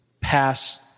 pass